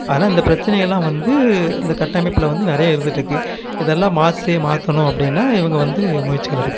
ஆனால் இந்த பிரச்சனைகள்லாம் வந்து இந்த கட்டமைப்பில் வந்து நிறைய இருந்துட்டுருக்குது இதல்லாம் மாற்றி மாற்றணு அப்படின்னா இவங்க வந்து முயற்சிகள் எடுக்கணும்